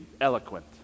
eloquent